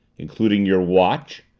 including your watch?